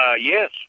Yes